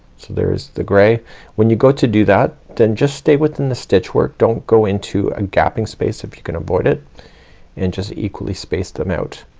so there is the gray when you go to do that then just stay within the stitch work. don't go into a gapping space if you can avoid it and just equally space them out.